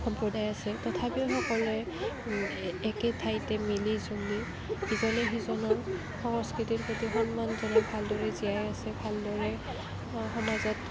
সম্প্ৰদায় আছে তথাপিও সকলোৱে একে ঠাইতে মিলিজুলি ইজনে সিজনৰ সংস্কৃতিৰ প্ৰতি সন্মান জনায় ভালদৰে জীয়াই আছে ভালদৰে সমাজত